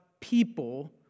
people